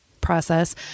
process